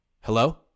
Hello